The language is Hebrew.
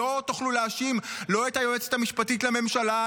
לא תוכלו להאשים לא את היועצת המשפטית לממשלה,